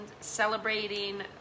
celebrating